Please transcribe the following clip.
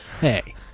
Hey